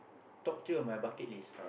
top two of my bucket list